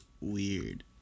Weird